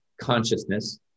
consciousness